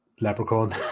Leprechaun